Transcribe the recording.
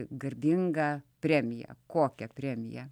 garbinga premija kokia premija